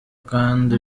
kandi